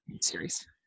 series